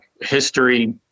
history